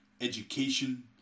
education